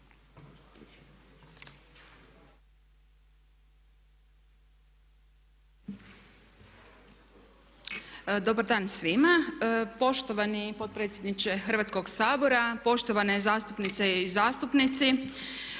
Dobar dan svima! Poštovani potpredsjedniče Hrvatskog sabora, poštovane zastupnice i zastupnici.